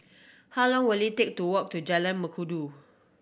how long will it take to walk to Jalan Mengkudu